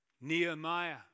Nehemiah